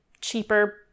cheaper